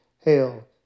Hail